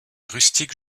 rustique